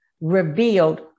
revealed